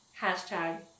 Hashtag